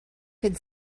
could